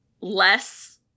less